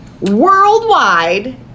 worldwide